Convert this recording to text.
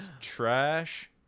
trash